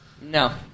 No